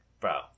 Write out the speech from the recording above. Bro